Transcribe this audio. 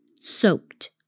soaked